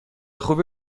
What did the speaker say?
خوبی